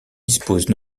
dispose